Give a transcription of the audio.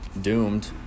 Doomed